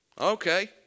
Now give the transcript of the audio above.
Okay